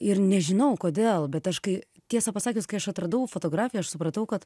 ir nežinau kodėl bet aš kai tiesą pasakius kai aš atradau fotografiją aš supratau kad